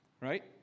right